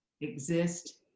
Exist